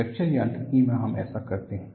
fracture यांत्रिकी में हम ऐसा करते हैं